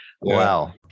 Wow